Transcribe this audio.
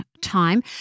time